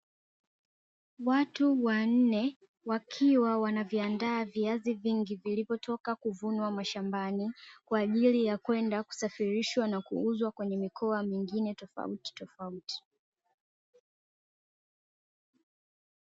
Watu wanne wakiwa wanaviandaa viazi vingi vilivyotoka kuvunwa mashambani, kwa ajili ya kwenda kusafirishwa na kuuzwa kwenye mikoa mingine tofautitofauti.